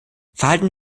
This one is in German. verhalten